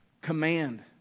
command